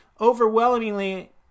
overwhelmingly